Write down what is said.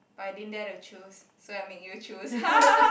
but I didn't dare to choose so I make you choose